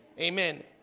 amen